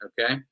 okay